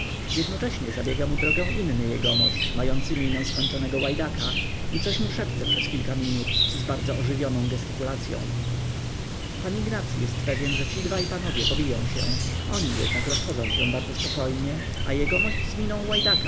jednocześnie zabiega mu drogę inny jegomość mający minę skończonego łajdaka i coś mu szepce przez kilka minut z bardzo ożywioną gestykulacyą pan ignacy jest pewny że ci dwaj panowie pobiją się oni jednak rozchodzą się bardzo spokojnie a